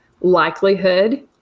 likelihood